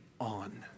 on